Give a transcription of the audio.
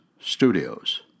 studios